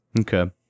Okay